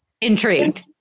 intrigued